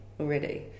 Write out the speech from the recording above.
already